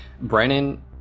Brennan